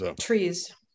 Trees